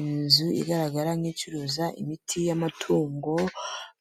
Inzu igaragara nk'icuruza imiti y'amatungo,